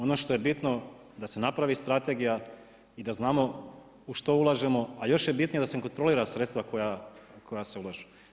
Ono što je bitno da se napravi strategija i da znamo u što ulažemo a još je bitnije da se kontrolira sredstva koja se ulažu.